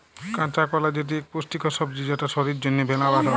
কাঁচা কলা যেটি ইক পুষ্টিকর সবজি যেটা শরীর জনহে মেলা ভাল